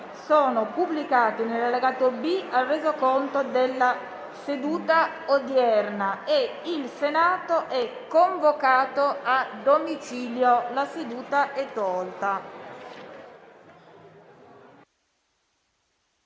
sono pubblicati nell'allegato B al Resoconto della seduta odierna. Il Senato è convocato a domicilio. La seduta è tolta